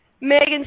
Megan